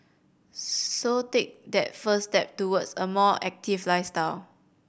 so take that first step towards a more active lifestyle